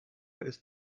ist